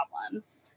problems